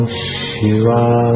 shiva